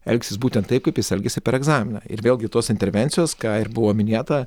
elgsis būtent taip kaip jis elgėsi per egzaminą ir vėlgi tos intervencijos ką ir buvo minėta